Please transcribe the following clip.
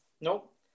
nope